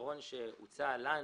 והפתרון שהוצע לנו,